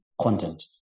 content